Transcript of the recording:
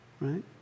Right